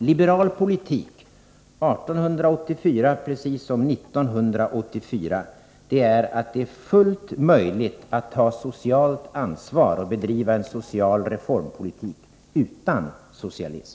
Liberal politik — år 1884 precis som år 1984 — innebär att det är fullt möjligt att ta socialt ansvar och bedriva en social reformpolitik utan socialism.